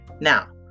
Now